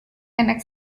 and